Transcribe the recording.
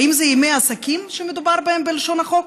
האם זה ימי עסקים שמדובר בהם בלשון החוק?